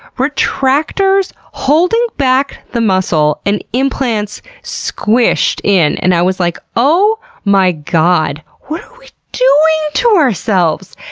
retractors holding back the muscle, and implants squished in. and i was like, oh my god, what are we doing to ourselves!